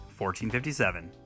1457